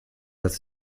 das